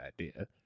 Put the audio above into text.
idea